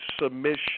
submission